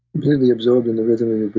completely absorbed in the rhythm of your but